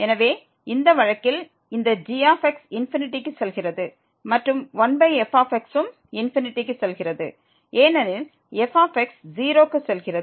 எனவே இந்த வழக்கில் இந்த g ∞ க்கு செல்கிறது மற்றும் 1fx ம் க்கு செல்கிறது ஏனெனில் f 0 க்கு செல்கிறது